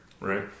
right